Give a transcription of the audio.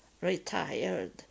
retired